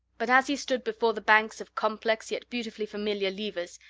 but as he stood before the banks of complex, yet beautifully familiar levers,